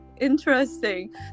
interesting